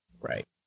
Right